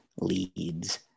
leads